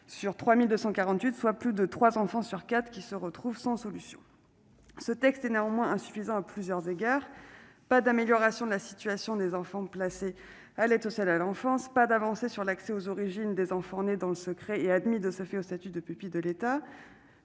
été adoptés, plus de trois enfants sur quatre se retrouvant sans solution. Ce texte est néanmoins insuffisant à plusieurs égards : pas d'amélioration de la situation des enfants placés à l'aide sociale à l'enfance ; pas d'avancée sur l'accès aux origines des enfants nés dans le secret et admis de ce fait au statut de pupille de l'État